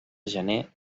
gener